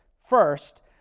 First